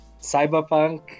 Cyberpunk